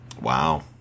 Wow